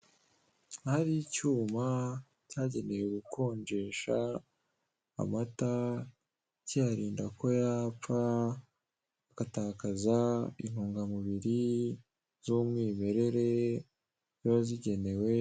Ahari icyuma cyagenewe gukonjesha amata kiyarinda ko yapfa, agatakaza intungamubiri z'umwimerere ziba zigenewe.